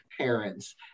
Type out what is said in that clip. parents